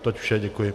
Toť vše, děkuji.